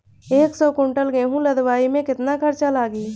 एक सौ कुंटल गेहूं लदवाई में केतना खर्चा लागी?